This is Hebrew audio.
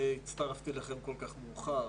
שהצטרפתי אליכם כל כך מאוחר.